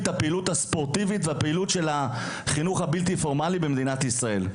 את פעילות החינוך הבלתי פורמלי ואת הפעילות הספורטיבית במדינת ישראל.